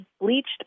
bleached